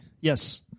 Yes